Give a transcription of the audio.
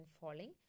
falling